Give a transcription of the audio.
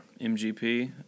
MGP